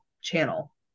channel